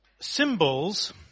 symbols